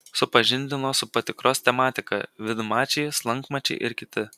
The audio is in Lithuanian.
supažindino su patikros tematika vidmačiai slankmačiai ir kiti